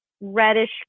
reddish